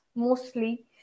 Mostly